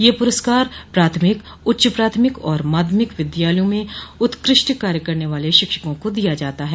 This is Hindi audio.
यह पुरस्कार प्राथमिक उच्च प्राथमिक और माध्यमिक विद्यालयों में उत्कृष्ट कार्य करने वाले शिक्षकों को दिया जाता है